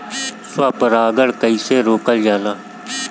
स्व परागण कइसे रोकल जाला?